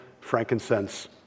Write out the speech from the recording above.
frankincense